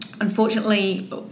Unfortunately